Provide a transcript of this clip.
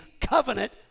covenant